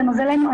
למזלנו,